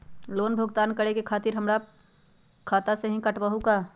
Loan भुगतान करे के खातिर पैसा हमर खाता में से ही काटबहु का?